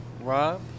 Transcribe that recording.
Rob